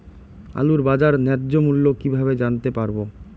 আলুর বাজার ন্যায্য মূল্য কিভাবে জানতে পারবো?